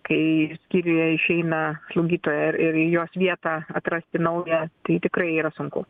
kai skyriuje išeina slaugytoja ir į jos vietą atrasti naują tai tikrai yra sunku